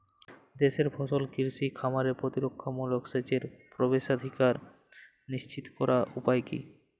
দেশের সকল কৃষি খামারে প্রতিরক্ষামূলক সেচের প্রবেশাধিকার নিশ্চিত করার উপায় কি?